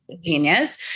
genius